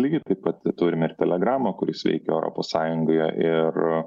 lygiai taip pat turime ir telegramą kuris veikia europos sąjungoje ir